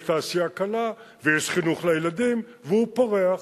תעשייה קלה ויש חינוך לילדים והוא פורח.